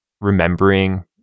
remembering